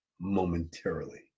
momentarily